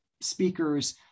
speakers